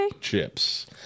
chips